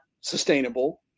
sustainable